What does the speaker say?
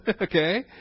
Okay